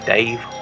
Dave